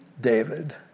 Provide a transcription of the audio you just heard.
David